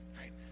right